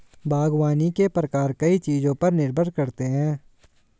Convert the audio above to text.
बागवानी के प्रकार कई चीजों पर निर्भर करते है